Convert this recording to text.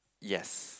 yes